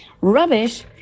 Rubbish